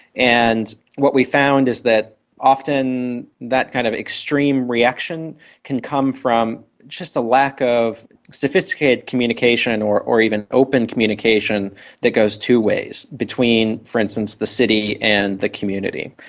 and what we found is that often that kind of extreme reaction can come from just a lack of sophisticated communication or or even open communication that goes two ways between, for instance, the city and the community.